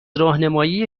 راهنمایی